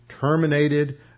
terminated